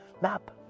Map